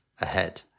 ahead